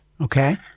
Okay